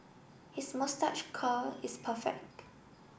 his moustache curl is perfect